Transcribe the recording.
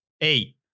Eight